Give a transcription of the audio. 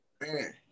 Man